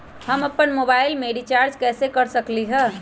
हम अपन मोबाइल में रिचार्ज कैसे कर सकली ह?